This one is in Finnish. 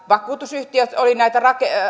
vakuutusyhtiöt olivat näitä